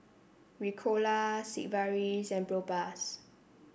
Ricola Sigvaris and Propass